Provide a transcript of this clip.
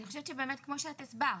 אני חושבת שבאמת כמו שאת הסברת.